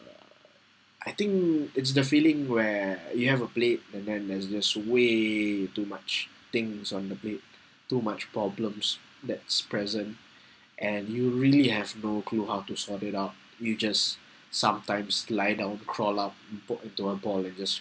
uh I think it's the feeling where you have a plate and then there's just a way too much things on the plate too much problems that's present and you really have no clue how to sort it out you just sometimes lie down crawl out broke into a ball and just